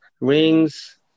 rings